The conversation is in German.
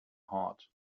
hort